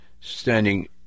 standing